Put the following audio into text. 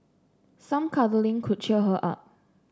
some cuddling could cheer her up